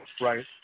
right